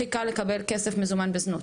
הכי קל לקבל כסף מזומן בזנות.